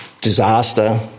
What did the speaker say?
disaster